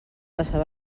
passar